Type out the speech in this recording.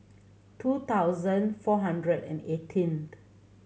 two thousand four hundred and eighteenth